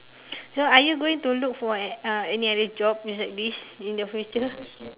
so are you going to look uh for any other job beside this in the future